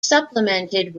supplemented